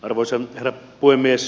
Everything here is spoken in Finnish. arvoisa herra puhemies